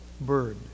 bird